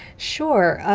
sure,